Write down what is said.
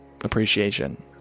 appreciation